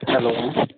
hello